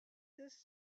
this